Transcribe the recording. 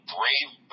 Brave